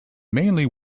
mainly